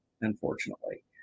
unfortunately